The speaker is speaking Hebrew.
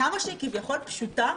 כמה שהיא כביכול פשוטה,